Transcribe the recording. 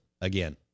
again